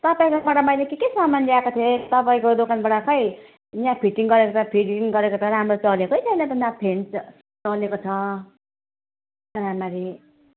तपाईँकोबाट मैले के के सामान ल्याएको थिएँ तपाईँको दोकानबाट खै यहाँ फिटिङ गरेको त फिटिङ गरेको त राम्रो चलेकै छैन त न फ्यान चलेको छ राम्ररी